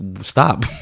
Stop